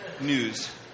news